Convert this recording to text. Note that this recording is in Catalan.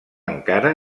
encara